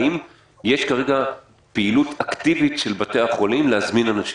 האם יש כרגע פעילות אקטיבית של בתי החולים להזמין אנשים?